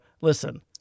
Listen